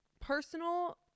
personal